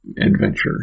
adventure